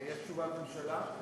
יש תשובה לממשלה?